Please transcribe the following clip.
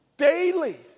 Daily